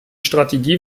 strategie